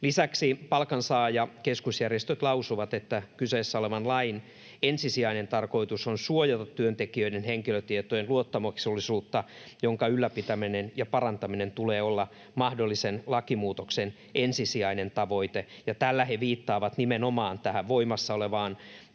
Lisäksi palkansaajakeskusjärjestöt lausuvat, että kyseessä olevan lain ensisijainen tarkoitus on suojata työntekijöiden henkilötietojen luottamuksellisuutta, jonka ylläpitäminen ja parantaminen tulee olla mahdollisen lakimuutoksen ensisijainen tavoite.” Ja tällä he viittaavat nimenomaan tähän voimassa olevan